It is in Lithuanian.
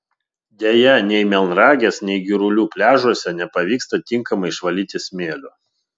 deja nei melnragės nei girulių pliažuose nepavyksta tinkamai išvalyti smėlio